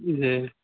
جی